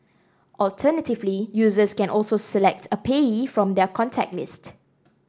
alternatively users can also select a payee from their contact list